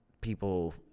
people